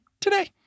today